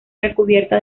recubiertas